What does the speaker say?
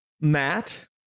Matt